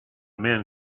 men